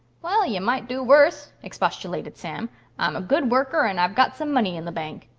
wall, yeh might do worse, expostulated sam. i'm a good worker and i've got some money in the bank.